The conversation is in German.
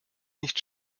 nicht